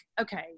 okay